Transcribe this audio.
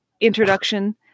introduction